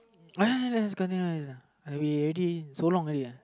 just gonna we already so long already